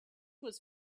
was